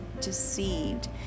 deceived